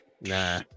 Nah